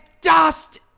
dust